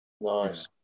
Nice